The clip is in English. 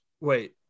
Wait